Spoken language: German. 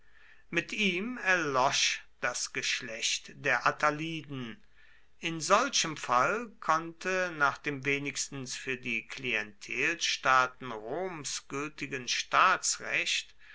mit ihm erlosch das geschlecht der attaliden in solchem fall konnte nach dem wenigstens für die klientelstaaten roms gültigen staatsrecht